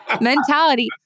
mentality